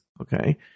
Okay